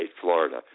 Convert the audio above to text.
Florida